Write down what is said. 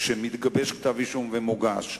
שמתגבש כתב אישום ומוגש,